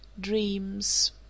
Dreams